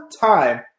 time